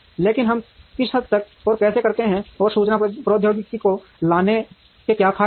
लेकिन हम किस हद तक और कैसे करते हैं और सूचना प्रौद्योगिकी को लाने के क्या फायदे हैं